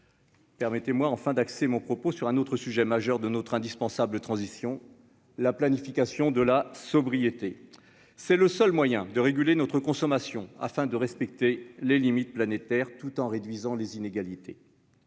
Permettez-moi, en fin d'accès mon propos sur un autre sujet majeur de notre indispensable transition la planification de la sobriété, c'est le seul moyen de réguler notre consommation afin de respecter les limites planétaires, tout en réduisant les inégalités